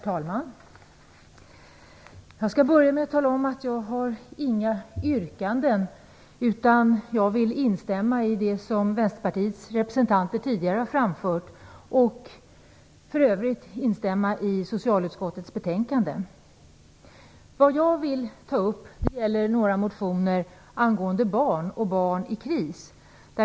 Herr talman! Jag skall börja med att tala om att jag inte har några yrkanden. I stället instämmer jag i det som Vänsterpartiets representanter tidigare har framfört. För övrigt instämmer jag i det som socialutskottet säger. Vad jag vill ta upp gäller några motioner om barn och om barn i kris.